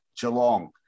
Geelong